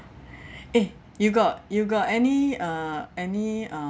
eh you got you got any uh any uh